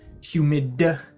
humid